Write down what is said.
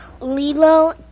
Lilo